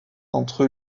entre